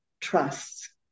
trusts